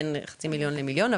בין חצי מיליון למיליון.